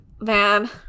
man